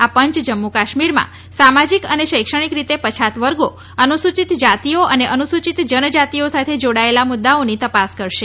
આ પંચ જમ્મુ કાશ્મીરમાં સામાજિક અને શૈક્ષણિક રીતે પછાત વર્ગો અનુસૂચિત જાતિઓ અને અનુસૂચિત જનજાતિઓ સાથે જોડાયેલા મુદ્દાઓની તપાસ કરશે